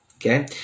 Okay